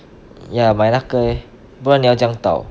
ya 买那个 eh 不然你要怎样倒